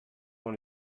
dans